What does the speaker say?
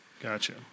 Gotcha